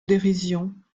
dérision